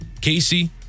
Casey